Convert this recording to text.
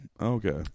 Okay